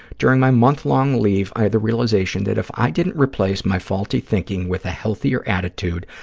during my month-long leave, i had the realization that if i didn't replace my faulty thinking with a healthier attitude,